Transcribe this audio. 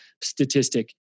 statistic